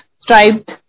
striped